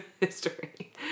history